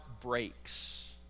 breaks